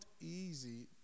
easy